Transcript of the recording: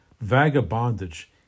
vagabondage